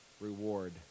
reward